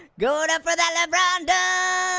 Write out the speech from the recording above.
goin up for that lebron dunk.